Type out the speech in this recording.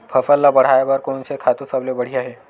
फसल ला बढ़ाए बर कोन से खातु सबले बढ़िया हे?